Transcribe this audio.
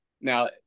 Now